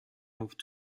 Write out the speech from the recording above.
moved